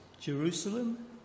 Jerusalem